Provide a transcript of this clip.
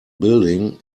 building